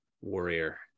warrior